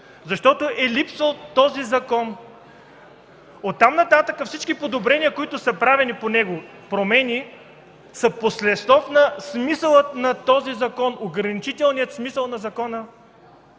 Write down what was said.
защото е липсвал този закон. Оттам нататък всички подобрения, които са правени по него – промени, са послеслов на смисъла на този закон – ограничителният, в смисъл на закона.